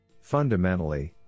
Fundamentally